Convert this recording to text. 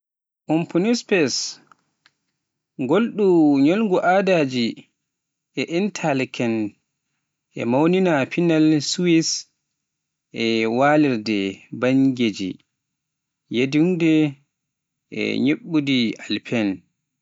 Unspunnenfest. Ngolɗoo ñalngu aadaaji to Interlaken e mawnina pinal Suwis e werlaade banngeeji, yodeling, e njuɓɓudi Alpine.